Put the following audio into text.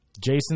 Jason